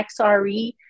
XRE